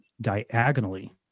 diagonally